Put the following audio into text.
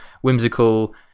whimsical